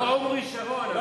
לא עומרי שרון, אבל עומרי.